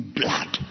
blood